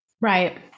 Right